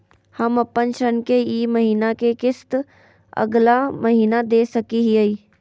हम अपन ऋण के ई महीना के किस्त अगला महीना दे सकी हियई?